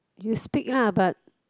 you speak lah but